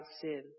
sin